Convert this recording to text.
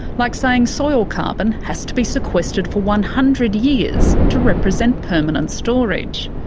like saying soil carbon has to be sequestered for one hundred years to represent permanent storage.